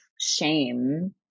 shame